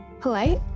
polite